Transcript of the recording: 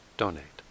donate